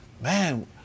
man